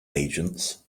agents